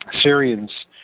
Syrians